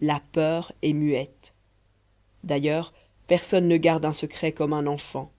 la peur est une muette d'ailleurs personne ne garde un secret comme un enfant